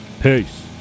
Peace